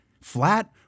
flat